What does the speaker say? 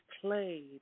played